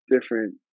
different